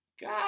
God